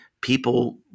People